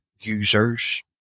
users